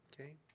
okay